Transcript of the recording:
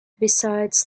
besides